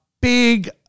big